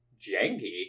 janky